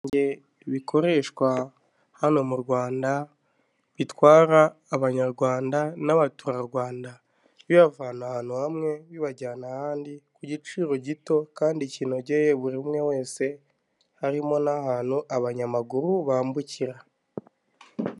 Mu bikoreshwa hano mu Rwanda bitwara abanyarwanda n'abaturarwanda bibavana ahantu hamwe, bibajyana ahandi ku giciro gito kandi kinogeye buri umwe wese, harimo n'ahantu abanyamaguru bambukira.